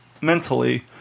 mentally